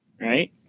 right